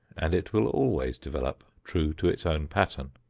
and it will always develop true to its own pattern.